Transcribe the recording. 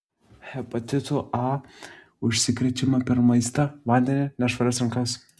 hepatitu a užsikrečiama per maistą vandenį nešvarias rankas